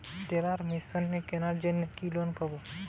Teller machine কেনার জন্য কি লোন পাব?